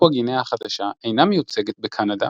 פפואה גינאה החדשה אינה מיוצגת בקנדה,